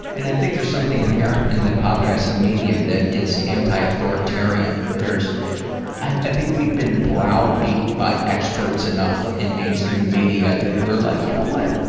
and i think there's something inherent in the podcasting medium that it's antiauthoritarian. there's i i think we've been brow-beaten by experts enough in mainstream media that we're like, you know what?